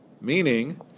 Meaning